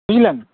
বুঝলেন